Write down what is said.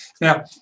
Now